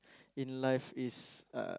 in life is uh